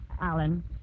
Alan